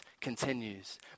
continues